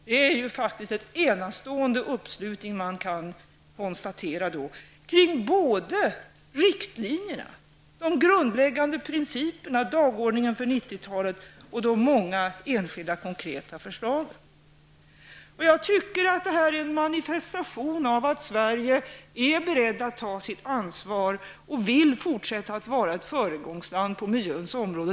Det är en fantastisk uppslutning som vi här kan konstatera både kring riktlinjerna, de grundläggande principerna, dagordningen för 90-talet och de många enskilda förslagen. Jag tycker att detta är en manifestation av att Sverige är berett att ta sitt ansvar och vill fortsätta att vara ett föregångsland på miljöns område.